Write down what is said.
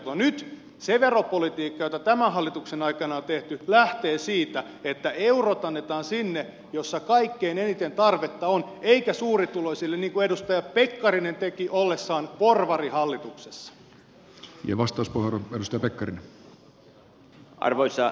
nyt se veropolitiikka jota tämän hallituksen aikana on tehty lähtee siitä että eurot annetaan sinne missä kaikkein eniten tarvetta on eikä suurituloisille niin kuin edustaja pekkarinen teki ollessaan porvarihallituksessa